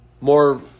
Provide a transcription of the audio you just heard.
more